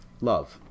love